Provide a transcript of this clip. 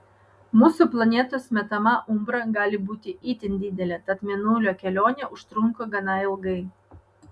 mūsų planetos metama umbra gali būti itin didelė tad mėnulio kelionė užtrunka gana ilgai